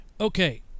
okay